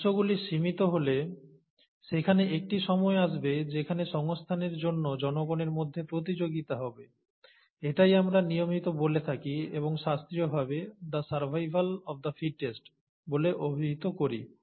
উৎসগুলি সীমিত হলে সেখানে একটি সময় আসবে যেখানে সংস্থানের জন্য জনগণের মধ্যে প্রতিযোগিতা হবে এটাই আমরা নিয়মিত বলে থাকি এবং শাস্ত্রীয়ভাবে 'The survival of the fittest' বলে অভিহিত করি